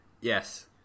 Yes